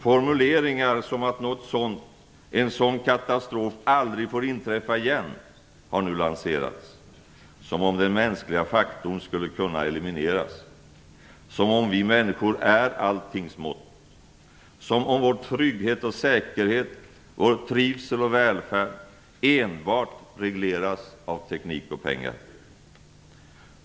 Formuleringar om att något sådant, en sådan katastrof, aldrig får inträffa igen har nu lanserats, som om den mänskliga faktorn skulle kunna elimineras, som om vi människor är alltings mått, som om vår trygghet och säkerhet, vår trivsel och välfärd enbart regleras av teknik och pengar.